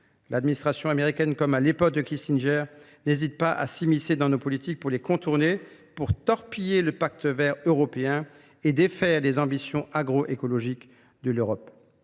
L'administration américaine, comme à l'époque de Kissinger, n'hésite pas à s'immiscer dans nos politiques pour les contourner, pour torpiller le pacte vert européen et défaire les ambitions agro-écologiques de l'Europe.